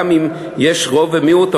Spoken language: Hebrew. גם אם יש רוב ומיעוט,